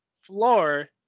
floor